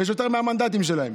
יותר מהמנדטים שלהם.